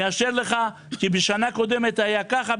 נאשר לך, כי בשנה הקודמת היה ככה.